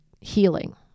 healing